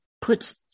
puts